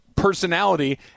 personality